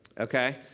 okay